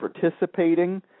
participating